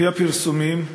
על-פי הפרסומים,